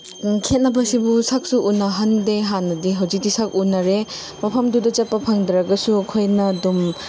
ꯈꯦꯠꯅꯕꯁꯤꯕꯨ ꯁꯛꯁꯨ ꯎꯅꯍꯟꯗꯦ ꯍꯥꯟꯅꯗꯤ ꯍꯧꯖꯤꯛꯇꯤ ꯁꯛ ꯎꯅꯔꯦ ꯃꯐꯝꯗꯨꯗ ꯆꯠꯄ ꯐꯪꯗ꯭ꯔꯒꯁꯨ ꯑꯩꯈꯣꯏꯅ ꯑꯗꯨꯝ